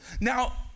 Now